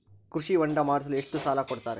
ಕೃಷಿ ಹೊಂಡ ಮಾಡಿಸಲು ಎಷ್ಟು ಸಾಲ ಕೊಡ್ತಾರೆ?